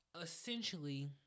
essentially